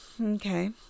okay